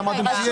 דוחות.